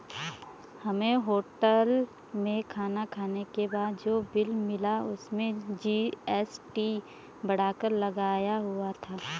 हमें होटल में खाना खाने के बाद जो बिल मिला उसमें जी.एस.टी बढ़ाकर लगाया हुआ था